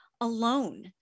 alone